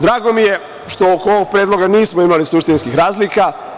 Drago mi je što oko ovog predloga nismo imali suštinskih razlika.